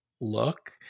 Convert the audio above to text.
look